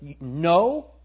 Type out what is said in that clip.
no